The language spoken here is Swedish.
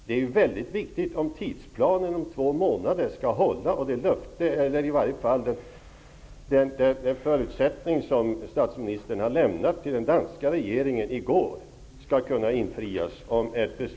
Detta är väldigt viktigt om tidsplanen på två månader skall hålla och det löfte eller i varje fall den förutsättning om ett beslut i maj som statsministern lämnade till den danska regeringen i går skall infrias.